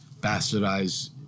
bastardize